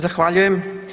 Zahvaljujem.